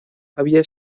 había